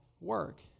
work